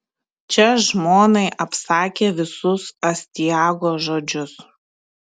čia žmonai apsakė visus astiago žodžius